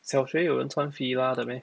小学有人穿 Fila 的 meh